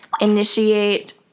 initiate